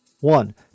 One